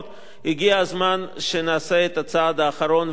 הגיע הזמן שנעשה את הצעד האחרון והנוסף,